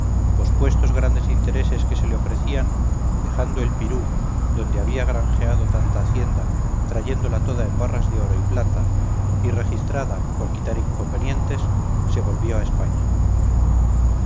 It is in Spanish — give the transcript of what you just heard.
patria pospuestos grandes intereses que se le ofrecían dejando el pirú donde había granjeado tanta hacienda trayéndola toda en barras de oro y plata y registrada por quitar inconvenientes se volvió a españa